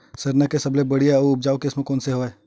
सरना के सबले बढ़िया आऊ उपजाऊ किसम कोन से हवय?